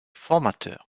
formateur